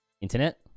internet